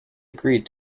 agreed